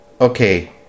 okay